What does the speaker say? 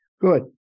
good